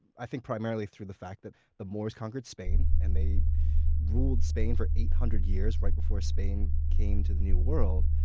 i think primarily through the fact that the moors conquered spain and ruled spain for eight hundred years right before spain came to the new world.